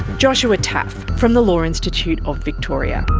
joshua taaffe from the law institute of victoria.